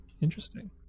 interesting